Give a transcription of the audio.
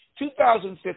2015